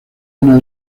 una